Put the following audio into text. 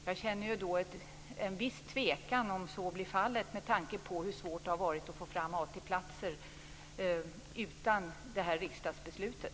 Jag känner dock ett visst tvivel på att så blir fallet, med tanke på hur svårt det har varit att få fram AT-platser utan det här riksdagsbeslutet.